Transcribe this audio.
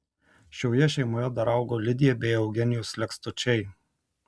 šioje šeimoje dar augo lidija bei eugenijus lekstučiai